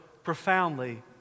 profoundly